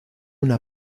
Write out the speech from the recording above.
una